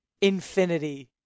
infinity